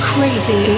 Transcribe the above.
Crazy